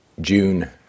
June